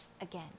again